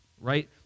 right